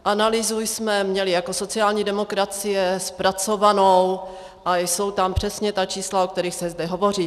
Analýzu jsme měli jako sociální demokracie zpracovanou a jsou tam přesně ta čísla, o kterých se zde hovoří.